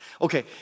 Okay